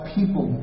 people